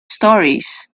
stories